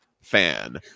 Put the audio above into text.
fan